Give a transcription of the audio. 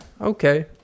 okay